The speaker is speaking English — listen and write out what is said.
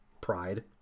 Pride